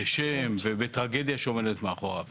בשם ובטרגדיה שעומדת מאחוריי המקרה.